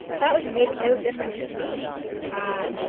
that would make no difference in me, she continued,